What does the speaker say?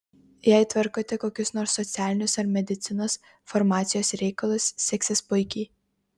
jei tvarkote kokius nors socialinius ar medicinos farmacijos reikalus seksis puikiai